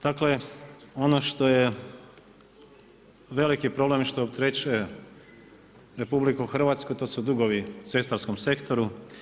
Dakle ono što je veliki problem što opterećuje RH to su dugovi u cestarskom sektoru.